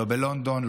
לא בלונדון,